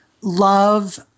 love